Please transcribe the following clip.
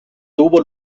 tuvo